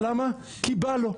כי בא לו.